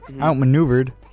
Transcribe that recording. Outmaneuvered